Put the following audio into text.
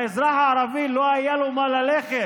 לאזרח הערבי, לא היה לו מה ללכת